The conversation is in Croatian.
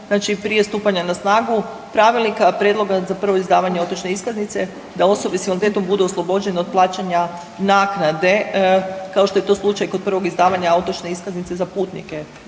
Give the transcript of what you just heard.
prije stupanja na snagu pravilnika prijedloga za prvo izdavanje otočne iskaznice da osobe s invaliditetom budu oslobođene od plaćanja naknade kao što je to slučaj kod prvog izdavanja otočne iskaznice za putnike.